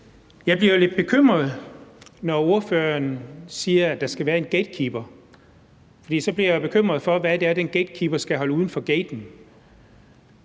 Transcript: Jeg bliver jo lidt bekymret, når ordføreren siger, at der skal være en gatekeeper, for jeg bliver bekymret for, hvad det er, den gatekeeper skal holde uden for gaten.